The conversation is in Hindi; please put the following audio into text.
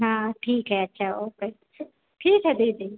हाँ ठीक है अच्छा ओके ठीक है दीदी